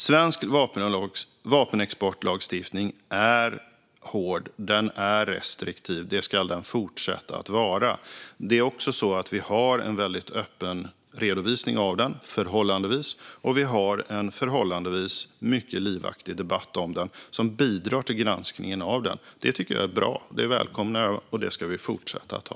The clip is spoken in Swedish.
Svensk vapenexportlagstiftning är hård och restriktiv. Det ska den fortsätta att vara. Vi har också en förhållandevis öppen redovisning av exporten, och vi har en förhållandevis mycket livaktig debatt som bidrar till granskningen av den. Det är bra. Jag välkomnar granskningen, och den ska vi fortsätta att ha.